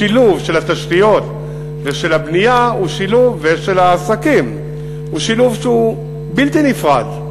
השילוב של התשתיות ושל הבנייה ושל העסקים הוא שילוב שהוא בלתי נפרד.